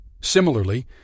Similarly